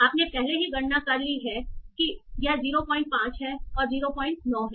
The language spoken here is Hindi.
आपने पहले ही गणना कर ली है कि यह 05 है और 09 है